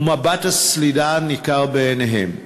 ומבט הסלידה ניכר בעיניהם.